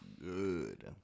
good